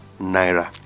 naira